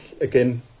again